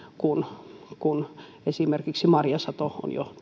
kun kun esimerkiksi marjasato on jo